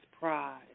pride